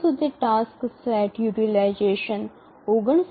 જ્યાં સુધી task set utilisation ૬૯